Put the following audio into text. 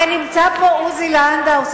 הרי נמצא פה עוזי לנדאו,